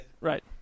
Right